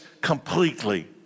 completely